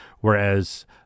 whereas